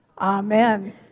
Amen